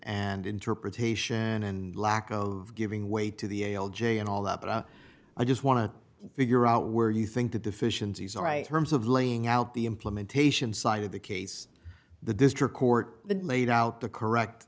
and interpretation and lack of giving way to the ale jay and all that but i just want to figure out where you think the deficiencies are right herm's of laying out the implementation side of the case the district court the laid out the correct